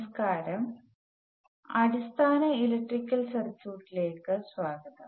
നമസ്കാരം അടിസ്ഥാന ഇലക്ട്രിക്കൽ സർക്യൂട്ടിലേക്കു സ്വാഗതം